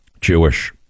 Jewish